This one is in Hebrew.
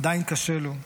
עדיין קשה לו,